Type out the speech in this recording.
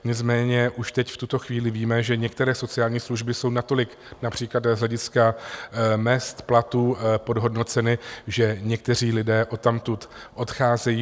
Nicméně už teď v tuto chvíli víme, že některé sociální služby jsou natolik například z hlediska mezd a platů podhodnoceny, že někteří lidé odtamtud odcházejí.